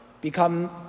become